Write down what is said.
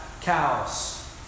cows